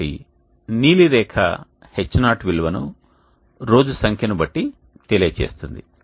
కాబట్టి నీలి రేఖ H0 విలువను రోజు సంఖ్య ను బట్టి తెలియజేస్తుంది